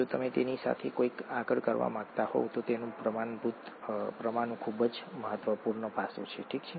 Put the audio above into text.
જો તમે તેની સાથે કંઇક આગળ કરવા માંગતા હો તો તેનું પ્રમાણ ખૂબ જ મહત્વપૂર્ણ પાસું છે ઠીક છે